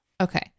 okay